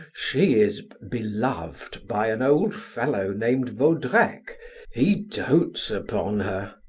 she is beloved by an old fellow named vaudrec he dotes upon her.